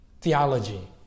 theology